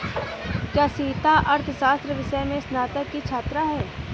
क्या सीता अर्थशास्त्र विषय में स्नातक की छात्रा है?